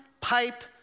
pipe